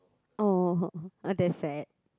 oh that's sad